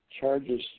charges